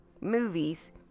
movies